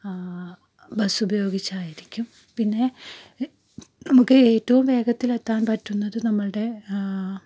ബസ്സുപയോഗിച്ചായിരിക്കും പിന്നെ നമുക്ക് ഏറ്റവും വേഗത്തിലെത്താൻ പറ്റുന്നത് നമ്മളുടെ